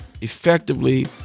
effectively